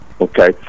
okay